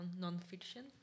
non-fiction